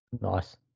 Nice